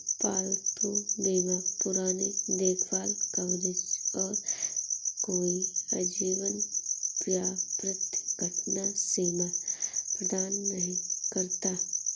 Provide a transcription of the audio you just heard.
पालतू बीमा पुरानी देखभाल कवरेज और कोई आजीवन या प्रति घटना सीमा प्रदान नहीं करता